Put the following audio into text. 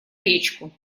речку